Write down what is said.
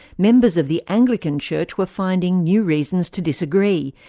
members of the anglican church were finding new reasons to disagree,